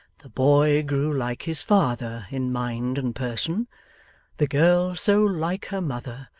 the boy grew like his father in mind and person the girl so like her mother,